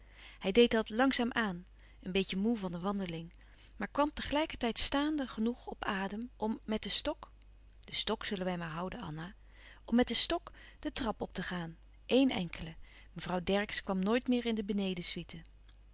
hij deed dat langzaam-aan een beetje moê van de wandeling maar kwam tegelijkertijd staande genoeg op adem om met den stok den stok zullen wij maar houden anna om met den stok de trap op te gaan éen enkele mevrouw dercksz kwam nooit meer in de